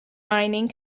mining